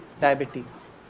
diabetes